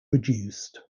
reduced